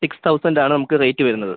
six തൗസൻറ്റാണ് നമുക്ക് rate വരുന്നത്